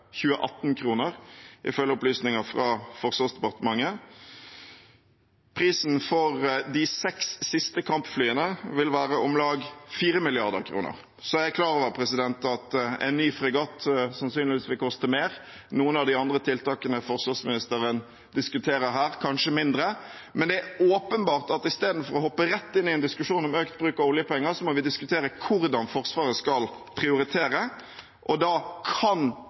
ifølge opplysninger fra Forsvarsdepartementet. Prisen for de seks siste kampflyene vil være om lag 4 mrd. kr. Jeg er klar over at en ny fregatt sannsynligvis vil koste mer – noen av de andre tiltakene forsvarsministeren diskuterer her, kanskje mindre – men det er åpenbart at istedenfor å hoppe rett inn i en diskusjon om økt bruk av oljepenger, må vi diskutere hvordan Forsvaret skal prioritere, og da kan